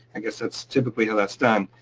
i guess that's typically how that's done.